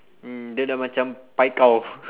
mm then I macam pai kao